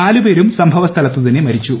നാല് പേരും സംഭവസ്ഥലത്ത് തന്നെ മരിച്ചു